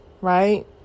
right